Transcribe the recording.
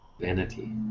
vanity